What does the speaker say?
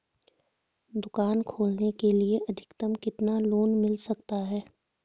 दुकान खोलने के लिए अधिकतम कितना लोन मिल सकता है?